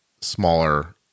smaller